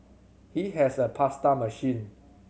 he has a pasta machine